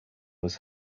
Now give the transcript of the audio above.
was